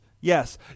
yes